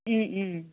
Om Om